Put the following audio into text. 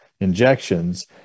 injections